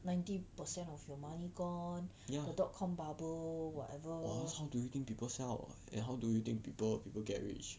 ya or else how do you think people sell and how do you think people people get rich